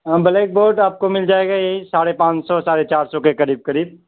ہاں black board آپ کو مل جائے گا یہی ساڑھے پانچ سو ساڑھے چار سو کے قریب